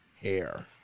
hair